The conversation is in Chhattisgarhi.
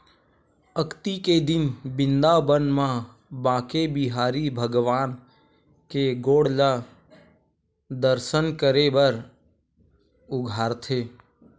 अक्ती के दिन बिंदाबन म बाके बिहारी भगवान के गोड़ ल दरसन करे बर उघारथे